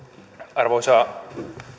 arvoisa